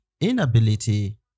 Inability